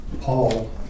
Paul